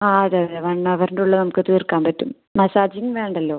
ആ അതെ അതെ വൺ അവറിൻറെ ഉള്ളിൽ നമുക്ക് തീർക്കാൻ പറ്റും മസാജിങ്ങ് വേണ്ടല്ലോ